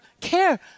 care